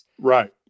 Right